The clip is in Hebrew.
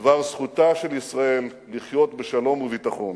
בדבר זכותה של ישראל לחיות בשלום וביטחון,